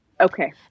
okay